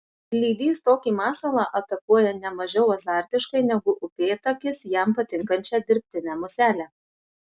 lydys tokį masalą atakuoja ne mažiau azartiškai negu upėtakis jam patinkančią dirbtinę muselę